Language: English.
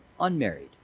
unmarried